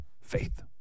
Faith